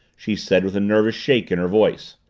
she said with a nervous shake in her voice.